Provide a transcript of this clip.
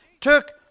took